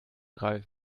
ralf